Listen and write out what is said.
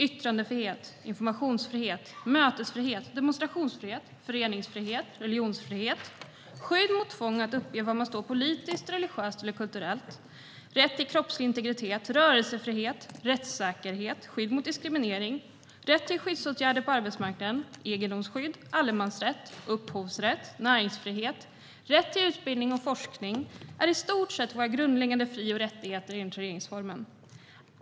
Yttrandefrihet, informationsfrihet, mötesfrihet, demonstrationsfrihet, föreningsfrihet, religionsfrihet, skydd mot tvång att uppge var man står politiskt, religiöst eller kulturellt, rätt till kroppslig integritet och rörelsefrihet, rättssäkerhet, skydd mot diskriminering, rätt till stridsåtgärder på arbetsmarknaden, egendomsskydd, allemansrätt, upphovsrätt, näringsfrihet, rätt till utbildning och forskning är i stort sett våra grundläggande fri och rättigheter enligt regeringsformen.